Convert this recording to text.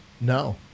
No